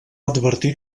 advertir